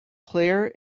clare